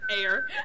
air